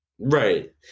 Right